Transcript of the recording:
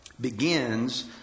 begins